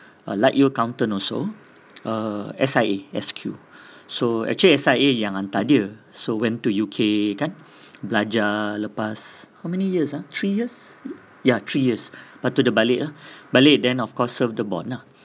uh like you accountant also err S_I_A S_Q so actually S_I_A yang hantar dia so went to U_K belajar lepas how many years ah three years ya three years lepas tu balik lah balik then of course serve the bond lah